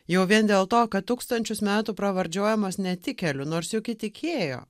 jau vien dėl to kad tūkstančius metų pravardžiuojamas netikėliu nors juk įtikėjo